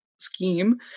scheme